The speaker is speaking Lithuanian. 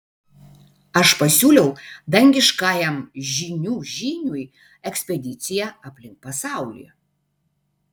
aš pasiūliau dangiškajam žynių žyniui ekspediciją aplink pasaulį